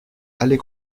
allez